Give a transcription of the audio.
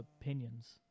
opinions